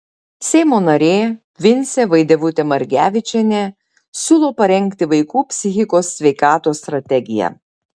seimo narė vincė vaidevutė margevičienė siūlo parengti vaikų psichikos sveikatos strategiją